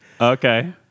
Okay